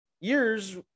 years